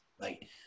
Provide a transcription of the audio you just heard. right